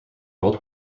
world